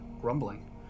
grumbling